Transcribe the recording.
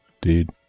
dude